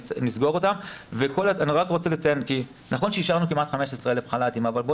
נכון שאישרנו כמעט 15,000 חל"תים אבל בואו